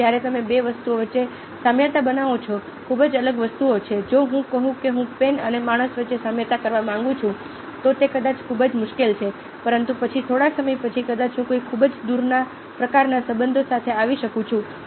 તેથી જ્યારે તમે બે વસ્તુઓ વચ્ચે સામ્યતા બનાવો છો ખૂબ જ અલગ વસ્તુઓ છે જો હું કહું કે હું પેન અને માણસ વચ્ચે સામ્યતા કરવા માંગુ છું તો તે કદાચ ખૂબ જ મુશ્કેલ છે પરંતુ પછી થોડા સમય પછી કદાચ હું કોઈ ખૂબ જ દૂરના પ્રકારના સંબંધો સાથે આવી શકું છું